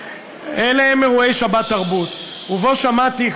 ובהם שמעתי,